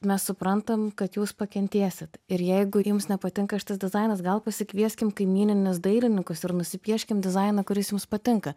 mes suprantam kad jūs pakentėsit ir jeigu jums nepatinka šitas dizainas gal pasikvieskim kaimyninius dailininkus ir nusipieškim dizainą kuris jums patinka